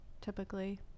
typically